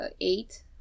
eight